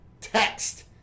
text